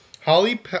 Holly